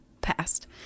past